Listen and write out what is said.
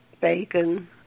bacon